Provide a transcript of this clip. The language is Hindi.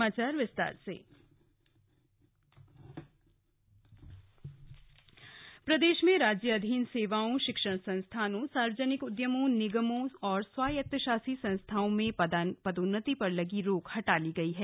आरक्षण प्रदेश में राज्याधीन सेवाओं शिक्षण संस्थानों सार्वजनिक उदयमों निगमों और स्वायत्तशासी संस्थाओं में पदोन्नति पर लगी रोक हटा ली गई है